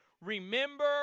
remember